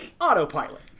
autopilot